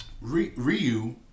Ryu